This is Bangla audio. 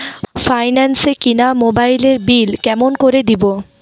ফাইন্যান্স এ কিনা মোবাইলের বিল কেমন করে দিবো?